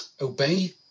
Obey